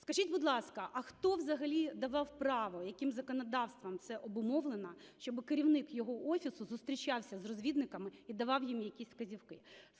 Скажіть, будь ласка, а хто взагалі давав право, яким законодавством це обумовлено, щоб керівник його Офісу зустрічався з розвідниками і давав їм якісь вказівки?